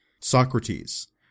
Socrates